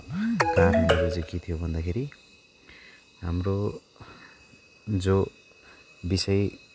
कारणहरू चाहिँ के थ्यो भन्दाखेरि हाम्रो जो बिषय